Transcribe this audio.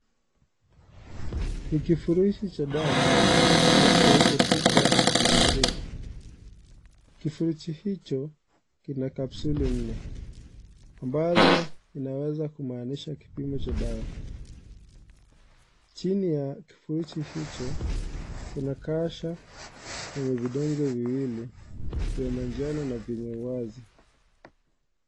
Ni kifurushi cha dawa kinachoitwa super D3. Kifurushi hicho kina kkapsuli nne ambazo inaweza kumaanisha kipimo cha dawa. Chini ya kifurushi hicho kuna kasha ya vidonge viwili vya manjan na vyenye uwazi.